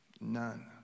none